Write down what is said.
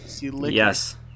Yes